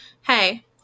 hey